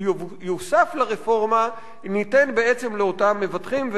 יוסף לרפורמה ניתן בעצם לאותם מבטחים.